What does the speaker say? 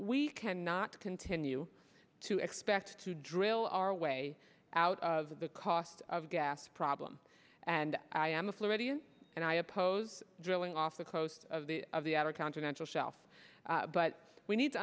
we cannot continue to expect to drill our way out of the cost of gas problem and i am a floridian and i oppose drilling off the coast of the of the outer continental shelf but we need to